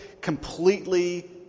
completely